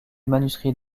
manuscrit